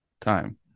time